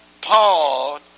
Paul